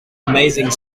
amazing